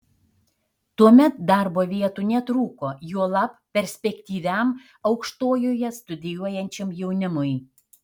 tuomet darbo vietų netrūko juolab perspektyviam aukštojoje studijuojančiam jaunimui